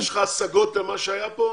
יש לך השגות למה שהיה פה?